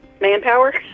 manpower